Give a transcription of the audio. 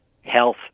health